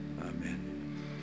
amen